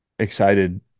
excited